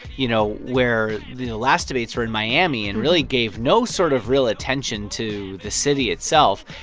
you know, where the last debates were in miami and really gave no sort of real attention to the city itself,